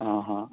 हा हा